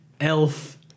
elf